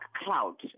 cloud